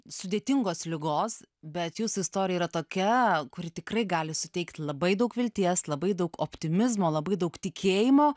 sudėtingos ligos bet jūsų istorija yra tokia kuri tikrai gali suteikti labai daug vilties labai daug optimizmo labai daug tikėjimo